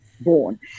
born